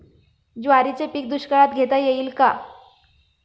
ज्वारीचे पीक दुष्काळात घेता येईल का?